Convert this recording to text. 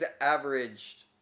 averaged